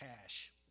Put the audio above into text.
Cash